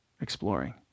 exploring